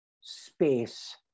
space